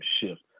shift